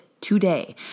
today